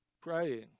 praying